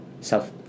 South